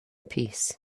peace